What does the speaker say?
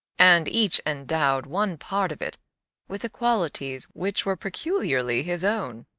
and each endowed one part of it with the qualities which were peculiarly his own.